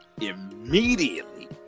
immediately